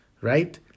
right